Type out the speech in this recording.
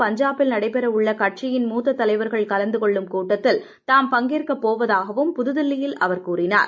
பஞ்சாபில் நடைபெறவுள்ள கட்சியின் மூத்த தலைவர்கள் கலந்து கொள்ளும் கூட்டத்தில் தாம் பங்கேற்கப் போவதாகவும் புதுதில்லியில் அவர் கூறினார்